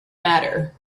matter